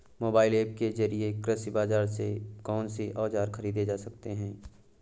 Mobile app के जरिए कृषि बाजार से कौन से औजार ख़रीदे जा सकते हैं?